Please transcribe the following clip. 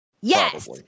Yes